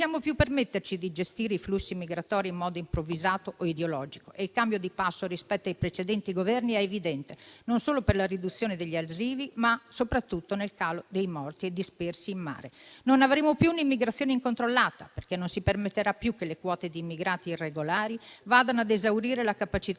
Non possiamo più permetterci di gestire i flussi migratori in modo improvvisato o ideologico, e il cambio di passo rispetto ai precedenti Governi è evidente, non solo per la riduzione degli arrivi, ma soprattutto nel calo dei morti e dispersi in mare. Non avremo più un'immigrazione incontrollata, perché non si permetterà più che le quote di immigrati irregolari vadano ad esaurire la capacità